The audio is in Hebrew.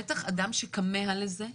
בטח אדם שכמה לזה,